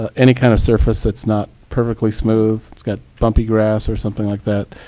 ah any kind of surface that's not perfectly smooth, it's got bumpy grass, or something like that,